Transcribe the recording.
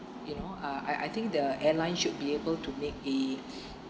you know uh I I think the airline should be able to make a